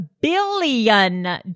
billion